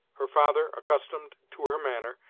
her father, accustomed to her manner,